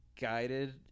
guided